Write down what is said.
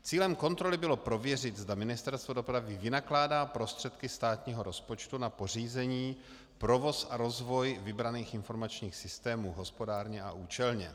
Cílem kontroly bylo prověřit, zda Ministerstvo dopravy vynakládá prostředky státního rozpočtu na pořízení, provoz a rozvoj vybraných informačních systémů hospodárně a účelně.